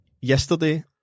yesterday